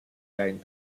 line